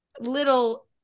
little